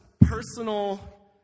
personal